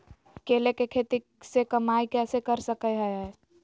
केले के खेती से कमाई कैसे कर सकय हयय?